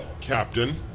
Captain